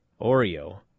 oreo